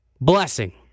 blessing